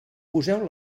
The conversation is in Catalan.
poseu